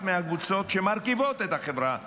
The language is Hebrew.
מהקבוצות שמרכיבות את החברה הישראלית.